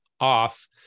off